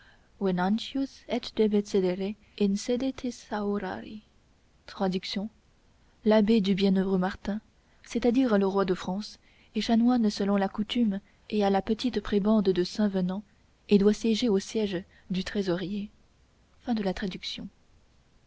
l'abbé du bienheureux martin c'est-à-dire le roi de france est chanoine selon la coutume et a la petite prébende de saint venant et doit siéger au siège du